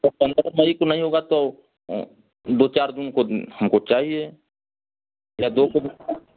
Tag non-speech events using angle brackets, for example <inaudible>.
तो पंद्रह मई को नहीं होगा तो दो चार जून को हमको चाहिए या दो <unintelligible>